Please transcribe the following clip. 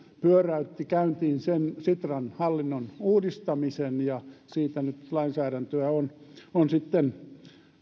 pyöräytti käyntiin sen sitran hallinnon uudistamisen ja siitä nyt lainsäädäntöä sitten